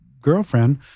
girlfriend